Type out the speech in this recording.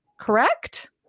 correct